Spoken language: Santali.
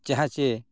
ᱡᱟᱦᱟᱸ ᱪᱮ